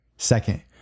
Second